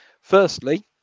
firstly